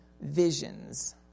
visions